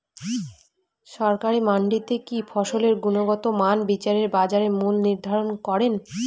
সরকারি মান্ডিতে কি ফসলের গুনগতমান বিচারে বাজার মূল্য নির্ধারণ করেন?